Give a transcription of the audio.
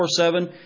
24-7